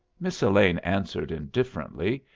miss elaine answered, indifferently.